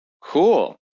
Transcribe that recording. Cool